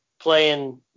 playing